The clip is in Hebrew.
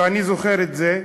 ואני זוכר את זה טוב.